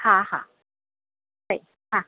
हा हा सई हा हा